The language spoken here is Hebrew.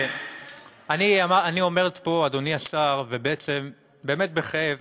אדוני השר, אני עומד פה ובעצם באמת בכאב